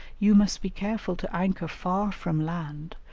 you must be careful to anchor far from land,